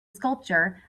sculpture